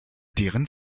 deren